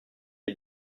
est